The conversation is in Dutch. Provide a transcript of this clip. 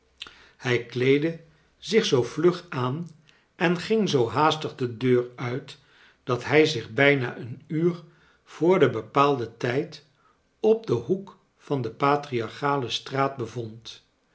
hij kleedde zich zoo vlug aan en ging zoo haastig de deur uit dat hij zich bijna een uur voor den bepaalden tijd op den hoek van de patriarchale straat bevond